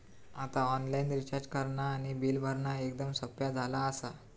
आता online recharge करणा आणि बिल भरणा एकदम सोप्या झाला आसा